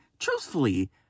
Truthfully